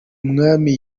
mwami